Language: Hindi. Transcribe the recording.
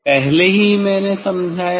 पहले ही मैंने समझाया है